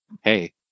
hey